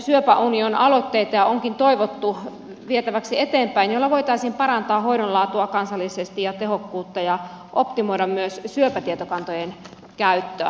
pohjoismaisen syöpäunionin aloitteita onkin toivottu vietäväksi eteenpäin jolloin voitaisiin parantaa hoidon laatua kansallisesti ja tehokkuutta ja optimoida myös syöpätietokantojen käyttöä